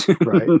right